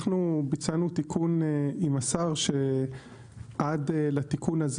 אנחנו ביצענו תיקון עם השר שעד לתיקון הזה